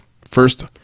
First